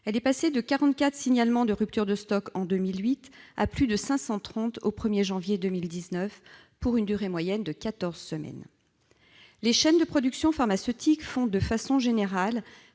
sommes passés de 44 signalements de rupture de stock en 2008 à plus de 530 au 1 janvier 2019, pour une durée moyenne de quatorze semaines. Les chaînes de production pharmaceutique font face, de façon générale,